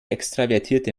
extravertierte